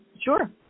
Sure